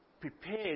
prepared